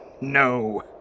No